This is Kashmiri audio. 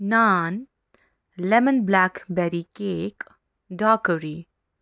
نان لٮ۪من بلیک بٮ۪ری کیک ڈاکٔری